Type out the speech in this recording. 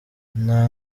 nta